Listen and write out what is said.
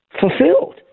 fulfilled